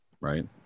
Right